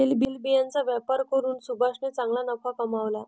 तेलबियांचा व्यापार करून सुभाषने चांगला नफा कमावला